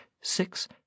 six